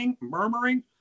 murmuring